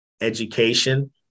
Education